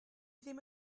ddim